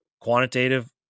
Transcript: quantitative